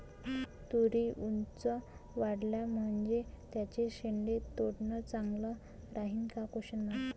तुरी ऊंच वाढल्या म्हनजे त्याचे शेंडे तोडनं चांगलं राहीन का?